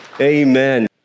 Amen